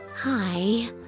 Hi